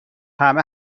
همه